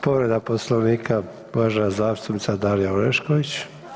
Povreda Poslovnika, uvažena zastupnica Dalija Orešković.